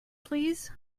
please